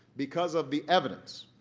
because of the evidence.